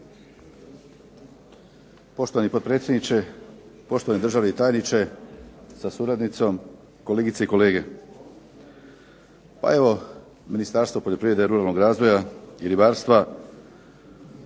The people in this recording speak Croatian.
Poštovani potpredsjedniče, poštovani državni tajniče sa suradnicom, kolegice i kolege. Pa evo Ministarstvo poljoprivrede, ruralnog razvoja i ribarstva